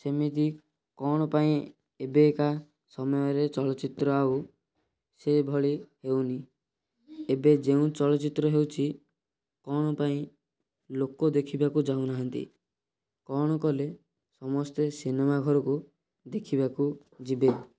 ସେମିତି କ'ଣ ପାଇଁ ଏବେକା ସମୟରେ ଚଳଚ୍ଚିତ୍ର ଆଉ ସେ ଭଳି ହେଉନି ଏବେ ଯେଉଁ ଚଳଚ୍ଚିତ୍ର ହେଉଛି କ'ଣ ପାଇଁ ଲୋକ ଦେଖିବାକୁ ଯାଉନାହାଁନ୍ତି କ'ଣ କଲେ ସମସ୍ତେ ସିନେମା ଘରକୁ ଦେଖିବାକୁ ଯିବେ